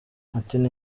ati“ni